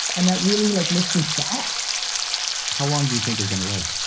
and that really like makes me sad how long do you think you're gonna live?